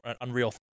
Unreal